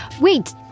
Wait